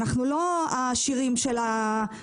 אנחנו לא העשירים של האוכלוסייה.